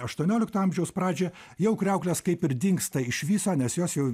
aštuoniolikto amžiaus pradžią jau kriauklės kaip ir dingsta iš viso nes jos jau